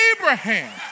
Abraham